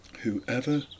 whoever